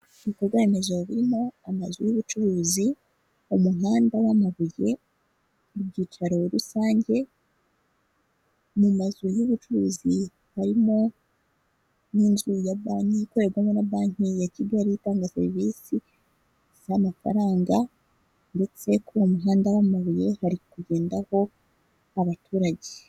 Umuhanda ukoze neza hagati harimo umurongo w'umweru wihese, umuntu uri ku kinyabiziga cy'ikinyamitende n'undi uhagaze mu kayira k'abanyamaguru mu mpande zawo hari amazu ahakikije n'ibyuma birebire biriho insinga z'amashanyarazi nyinshi.